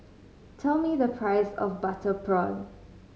tell me the price of butter prawn